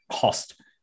cost